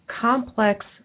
complex